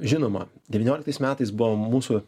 žinoma devynioliktais metais buvo mūsų